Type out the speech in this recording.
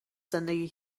زندگی